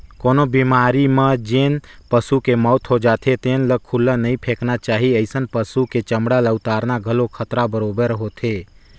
कोनो बेमारी म जेन पसू के मउत हो जाथे तेन ल खुल्ला नइ फेकना चाही, अइसन पसु के चमड़ा ल उतारना घलो खतरा बरोबेर होथे